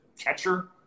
catcher